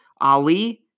Ali